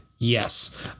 Yes